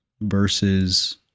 versus